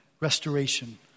restoration